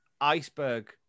iceberg